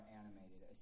animated